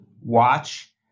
watch